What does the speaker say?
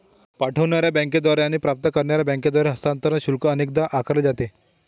पाठवणार्या बँकेद्वारे आणि प्राप्त करणार्या बँकेद्वारे हस्तांतरण शुल्क अनेकदा आकारले जाते